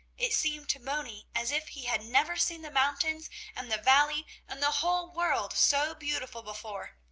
it seemed to moni as if he had never seen the mountains and the valley and the whole world so beautiful before.